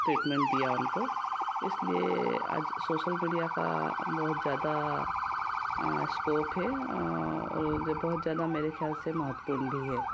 treatment दिया उनको इसलिए आज सोशल मीडिया का बहुत ज़्यादा स्कोप है और बहुत ज़्यादा मेरे ख्याल से महत्वपूर्ण भी है